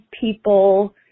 people